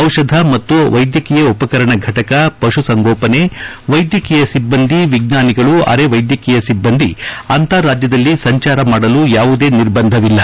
ಔಷಧ ಮತ್ತು ವೈದ್ಯಕೀಯ ಉಪಕರಣ ಫಟಕ ಪಶುಸಂಗೋಪನೆ ವೈದ್ಯಕೀಯ ಸಿಬ್ಬಂದಿ ವಿಜ್ವಾನಿಗಳು ಅರೆ ವೈದ್ಯಕೀಯ ಸಿಬ್ಬಂದಿ ಅಂತರಾಜ್ಯದಲ್ಲಿ ಸಂಜಾರ ಮಾಡಲು ಯಾವುದೇ ನಿರ್ಬಂಧವಿಲ್ಲ